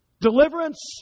Deliverance